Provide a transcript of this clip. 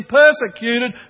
persecuted